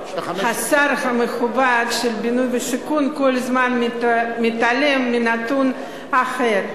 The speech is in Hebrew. השר המכובד לבינוי ושיכון כל הזמן מתעלם מנתון אחר.